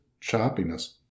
choppiness